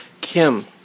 Kim